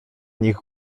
nich